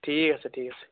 ঠিক আছে ঠিক আছে